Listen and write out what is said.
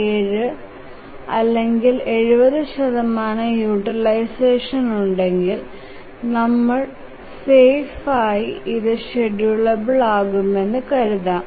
7ഓ അല്ലെകിൽ 70 യൂട്ടിലൈസഷൻ ഉണ്ടെങ്കിൽ നമ്മുടെ സേഫ് ആയി ഇത് ഷ്ഡ്യൂളബിൽ ആകുമെന്ന് കരുതാം